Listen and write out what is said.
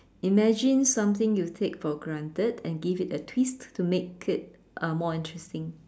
imagine something you take for granted and give it a twist to make it uh more interesting